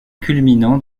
culminant